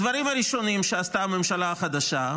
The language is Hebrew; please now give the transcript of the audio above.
הדברים הראשונים שעשתה הממשלה החדשה,